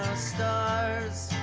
stars